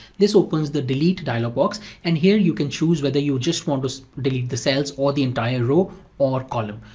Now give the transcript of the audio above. this opens the delete dialog box and here you can choose whether you just want to delete the cells or the entire row or column.